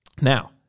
Now